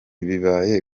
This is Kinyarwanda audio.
bibaye